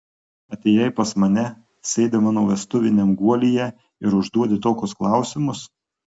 atėjai pas mane sėdi mano vestuviniam guolyje ir užduodi tokius klausimus